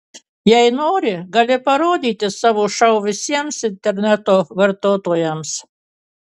jei nori gali parodyti savo šou visiems interneto vartotojams